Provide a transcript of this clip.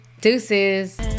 Deuces